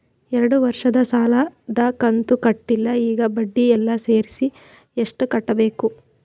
ಎರಡು ವರ್ಷದ ಸಾಲದ ಕಂತು ಕಟ್ಟಿಲ ಈಗ ಬಡ್ಡಿ ಎಲ್ಲಾ ಸೇರಿಸಿ ಎಷ್ಟ ಕಟ್ಟಬೇಕು?